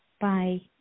Bye